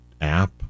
app